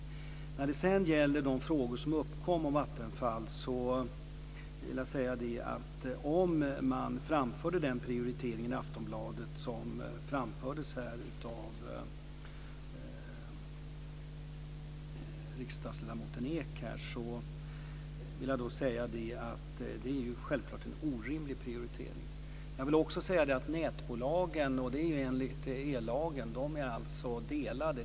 När det sedan gäller de frågor som uppkom om Vattenfall vill jag säga att om man i Aftonbladet gjorde den prioritering som framfördes här av riksdagsledamoten Ek, är det självklart en orimlig prioritering. Nätbolagen är enligt ellagen delade.